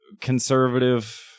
conservative